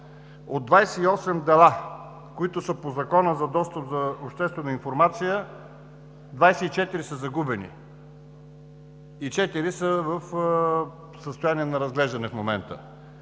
От 28 дела, които са по Закона за достъп до обществена информация – 24 са загубени, четири са в състояние на разглеждане в момента,